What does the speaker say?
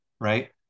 Right